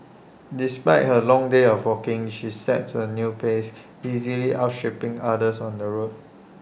despite her long day of walking she sets A quick pace easily outstripping others on the road